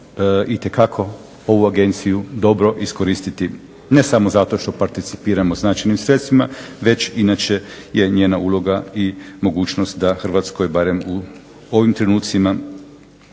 itekako ovu agenciju dobro iskoristiti, ne samo zato što participiramo značajnim sredstvima, već inače je njena uloga i mogućnost da Hrvatskoj barem u ovim trenucima